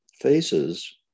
faces